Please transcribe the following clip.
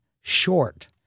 short